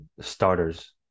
starters